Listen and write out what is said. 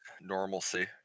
normalcy